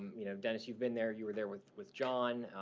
you know, dennis you've been there. you were there with with jon.